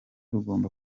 rugomba